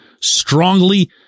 strongly